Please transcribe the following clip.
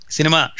Cinema